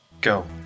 go